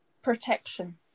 Protection